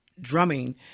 drumming